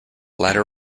latter